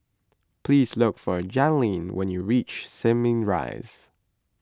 please look for Jailene when you reach Simei Rise